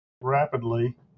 rapidly